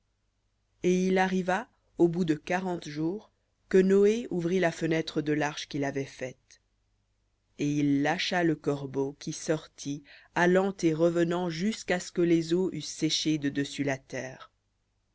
et il arriva au bout de quarante jours que noé ouvrit la fenêtre de l'arche qu'il avait faite et il lâcha le corbeau qui sortit allant et revenant jusqu'à ce que les eaux eussent séché de dessus la terre